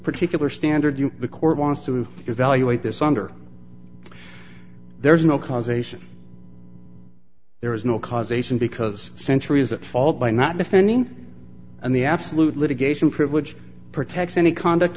particular standard you the court wants to evaluate this under there is no causation there is no causation because centuries that fall by not defending and the absolute litigation privilege protects any conduct